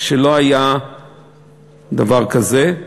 שלא היה דבר כזה.